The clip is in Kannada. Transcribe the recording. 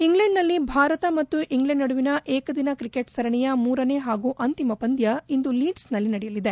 ಇಂಗ್ಲೆಂಡ್ನಲ್ಲಿ ಭಾರತ ಮತ್ತು ಇಂಗ್ಲೆಂಡ್ ನಡುವಿನ ಏಕದಿನ ಕ್ರಿಕೆಟ್ ಸರಣಿಯ ಮೂರನೇ ಹಾಗೂ ಅಂತಿಮ ಪಂದ್ಯ ಇಂದು ಲೀಡ್ಸ್ನಲ್ಲಿ ನಡೆಯಲಿದೆ